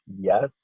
Yes